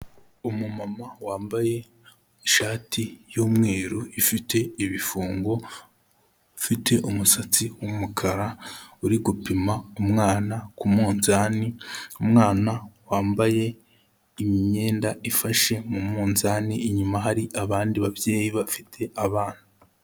Umu mama wambaye ishati y'umweru ifite ibifungo, ufite umusatsi w'umukara uri gupima umwana ku munzani, umwana wambaye imyenda ifashe mu munzani, inyuma hari abandi babyeyi bafite abana.